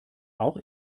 auch